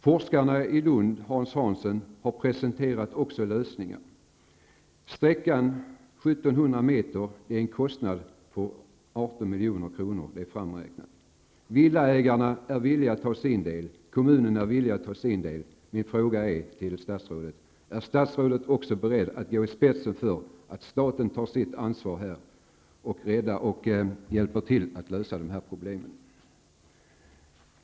Forskarna i Lund har också presenterat lösningar. Sträckan på 1 700 meter innebär en kostnad på 18 milj.kr., vilket är framräknat. Villaägarna är villiga att ta sin del, och kommunen är villig att ta sin del. Min fråga till statsrådet lyder: Är statsrådet beredd att gå i spetsen och verka för att staten tar sitt ansvar i detta sammanhang och hjälper till att lösa dessa problem?